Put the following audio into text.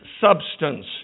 substance